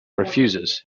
refuses